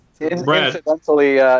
Incidentally